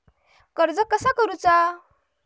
कर्ज कसा करूचा?